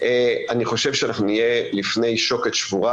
אני חושב שאנחנו נהיה לפני שוקת שבורה